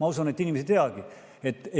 Ma usun, et inimesed ei teagi,